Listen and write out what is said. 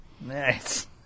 Nice